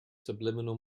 subliminal